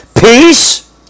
Peace